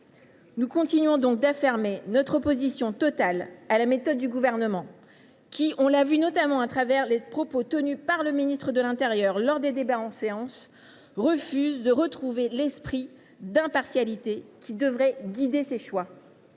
Nous continuons donc d’affirmer notre opposition totale à la méthode du Gouvernement, qui, comme l’ont notamment montré les propos tenus par le ministre de l’intérieur lors des débats en séance, refuse de retrouver l’esprit d’impartialité qui devrait guider ses choix.